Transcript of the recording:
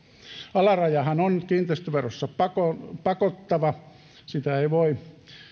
alarajahan on kiinteistöverossa pakottava pakottava sitä ei voi